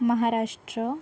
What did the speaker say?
Maharashtra